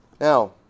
Now